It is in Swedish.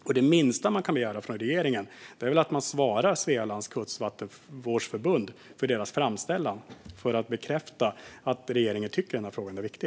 Och det minsta man kan begära från regeringen är väl att den svarar Svealands Kustvattenvårdsförbund på deras framställan för att bekräfta att regeringen tycker att frågan är viktig.